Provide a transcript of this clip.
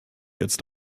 jetzt